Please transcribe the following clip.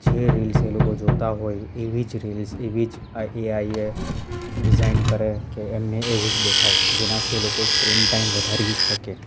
જે રીલ્સ એ લોકો જોતા હોય એવી જ રીલ્સ એવી જ એ એઆઈ એ ડિઝાઈન કરે કે એમને એવું જ દેખાય જેનાથી એ લોકો સ્ક્રીન ટાઈમ વધારી શકે